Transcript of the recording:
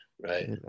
right